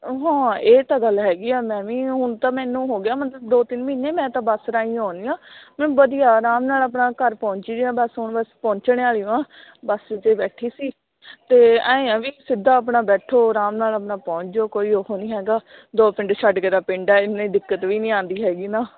ਹਾਂ ਇਹ ਤਾਂ ਗੱਲ ਹੈਗੀ ਆ ਮੈਂ ਵੀ ਹੁਣ ਤਾਂ ਮੈਨੂੰ ਹੋ ਗਿਆ ਮਤਲਬ ਦੋ ਤਿੰਨ ਮਹੀਨੇ ਮੈਂ ਤਾਂ ਬੱਸ ਰਾਹੀਂ ਆਉਂਦੀ ਹਾਂ ਮੈ ਵਧੀਆ ਆਰਾਮ ਨਾਲ ਆਪਣਾ ਘਰ ਪਹੁੰਚਦੀ ਹਾਂ ਬਸ ਹੁਣ ਬਸ ਪਹੁੰਚਣੇ ਵਾਲੀ ਓ ਹਾਂ ਬੱਸ 'ਚ ਬੈਠੀ ਸੀ ਅਤੇ ਐਂ ਆ ਵੀ ਸਿੱਧਾ ਆਪਣਾ ਬੈਠੋ ਆਰਾਮ ਨਾਲ ਆਪਣਾ ਪਹੁੰਚ ਜਾਉ ਕੋਈ ਉਹ ਨਹੀਂ ਹੈਗਾ ਦੋ ਪਿੰਡ ਛੱਡ ਕੇ ਤਾਂ ਪਿੰਡ ਹੈ ਐਨੀ ਦਿੱਕਤ ਵੀ ਨਹੀਂ ਆਉਂਦੀ ਹੈਗੀ ਨਾ